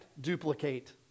duplicate